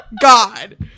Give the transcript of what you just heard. God